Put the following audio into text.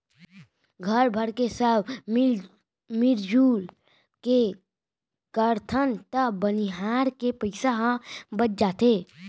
घर भरके सब मिरजुल के करथन त बनिहार के पइसा ह बच जाथे